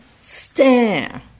stare